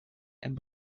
and